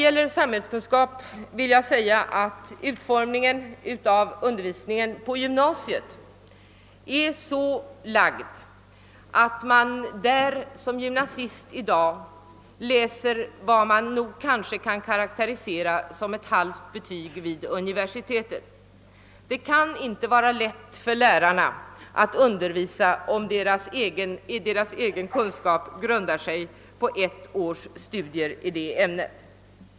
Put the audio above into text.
Vad sistnämnda ämne angår är utformningen av undervisningen på gymnasiet lagd så, att gymnasisten i dag läser vad man kan karakterisera som ett halvt betyg vid universitetet. Det kan då inte vara lätt för lärarna att undervisa på gymnasiet, om deras egen kunskap grundar sig på ett års universitetsstudier i detta ämne.